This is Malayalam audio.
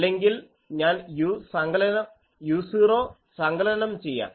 അല്ലെങ്കിൽ ഞാൻ u0 സങ്കലനം ചെയ്യാം